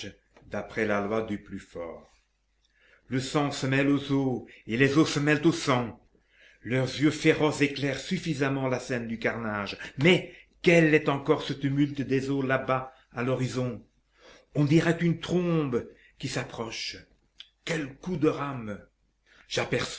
d'après la loi du plus fort le sang se mêle aux eaux et les eaux se mêlent au sang leurs yeux féroces éclairent suffisamment la scène du carnage mais quel est encore ce tumulte des eaux là-bas à l'horizon on dirait une trombe qui s'approche quels coups de rame j'aperçois